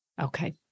Okay